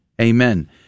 Amen